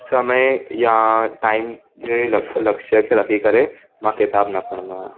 समय या टाइम जे ई ल लक्ष्य ते ई रखी करे मां किताबु न पढ़ंदो आहियां